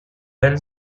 pell